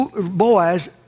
Boaz